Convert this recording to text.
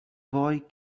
boy